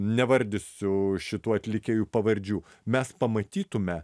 nevardysiu šitų atlikėjų pavardžių mes pamatytume